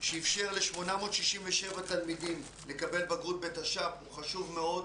שאפשר ל-867 תלמידים לקבל בגרות בתש"ף הוא חשוב מאוד,